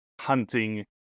hunting